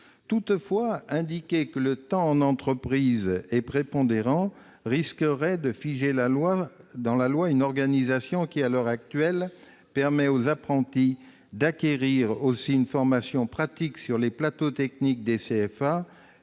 Toutefois, indiquer que le temps en entreprise est prépondérant risquerait de figer dans la loi une organisation, qui, à l'heure actuelle, permet aux apprentis d'acquérir une formation pratique sur les plateaux techniques des CFA